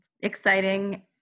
exciting